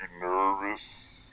nervous